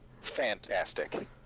Fantastic